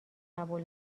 قبول